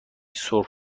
سرخ